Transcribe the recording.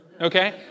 okay